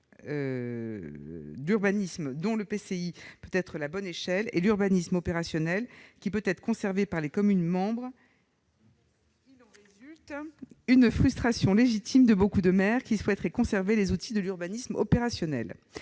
d'urbanisme, dont l'EPCI peut être la bonne échelle, et l'urbanisme opérationnel, qui peut être conservé par les communes membres. Il en résulte une frustration légitime de beaucoup de maires, qui souhaiteraient conserver les outils de l'urbanisme opérationnel.